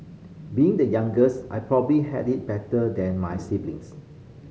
being the youngest I probably had it better than my siblings